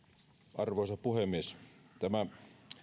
arvoisa puhemies tämä